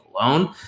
alone